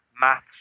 maths